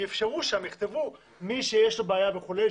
יכתבו שמי שיש לו בעיה וכולי,